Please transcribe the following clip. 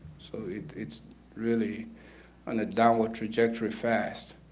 so it's really on a downward trajectory fast.